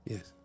Yes